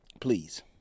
please